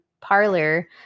parlor